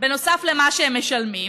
נוסף למה שהם משלמים,